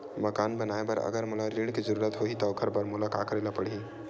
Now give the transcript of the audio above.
मकान बनाये बर अगर मोला ऋण के जरूरत होही त ओखर बर मोला का करे ल पड़हि?